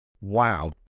Wow